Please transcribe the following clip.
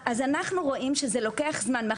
אז אנחנו רואים שזה לוקח זמן.